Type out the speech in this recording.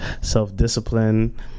self-discipline